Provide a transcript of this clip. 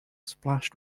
splashed